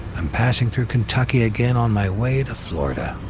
i'm passing through kentucky again on my way to florida.